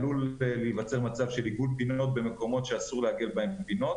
עלול להיווצר מצב של עיגול פינות במקומות שאסור לעגל בהם פינות,